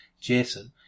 Jason